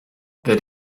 that